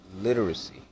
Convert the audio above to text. literacy